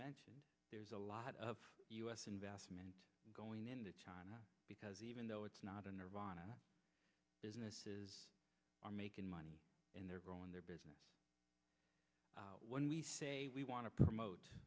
mentioned there's a lot of u s investment going into china because even though it's not a nerve ana businesses are making money and they're growing their business when we say we want to promote